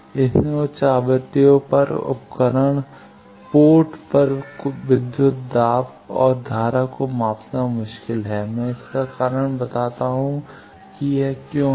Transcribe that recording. इसलिए उच्च आवृत्तियों पर उपकरण पोर्ट पर कुल विद्युत दाब और धारा को मापना मुश्किल है मैं इसका कारण बताता हूं कि यह क्यों है